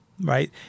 right